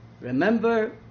Remember